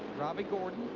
robby gordon.